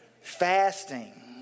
Fasting